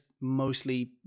mostly